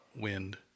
wind